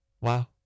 Wow